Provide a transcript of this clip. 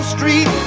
Street